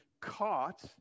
caught